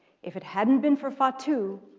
if it hadn't been for fatu,